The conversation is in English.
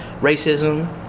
racism